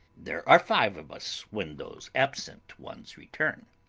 there are five of us when those absent ones return.